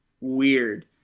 weird